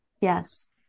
Yes